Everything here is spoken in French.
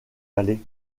allez